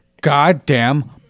goddamn